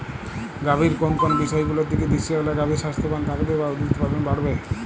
গাভীর কোন কোন বিষয়গুলোর দিকে দৃষ্টি রাখলে গাভী স্বাস্থ্যবান থাকবে বা দুধ উৎপাদন বাড়বে?